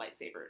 lightsabers